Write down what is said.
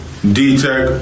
D-Tech